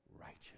righteous